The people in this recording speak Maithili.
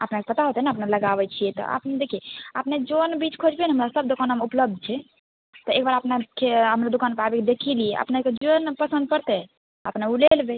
अपनाके पता हेतै ने अपना लगाबै छियै तऽ अपना देखियै अपने जोन बीच खोजबै ने हमरा सब दोकानमे उपलब्ध छै तऽ एक बेर अपनाके हमर दोकान पर आबिके देखियै अपनेके जोन पसन्द पड़तै अपने ओ लै लेबै